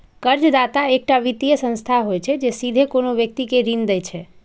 कर्जदाता एकटा वित्तीय संस्था होइ छै, जे सीधे कोनो व्यक्ति कें ऋण दै छै